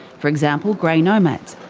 for example grey nomads,